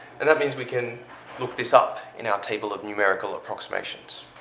and that means we can look this up in our table of numerical approximations.